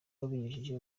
babinyujije